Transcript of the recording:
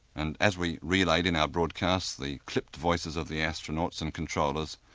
and, as we relayed in our broadcast the clipped voices of the astronauts and controllers,